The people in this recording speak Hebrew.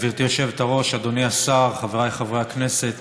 גברתי היושבת-ראש, אדוני השר, חבריי חברי הכנסת,